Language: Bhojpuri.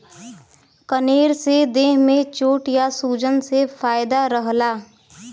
कनेर से देह में चोट या सूजन से फायदा रहला